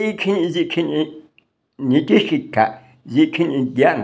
এইখিনি যিখিনি নীতিশিক্ষা যিখিনি জ্ঞান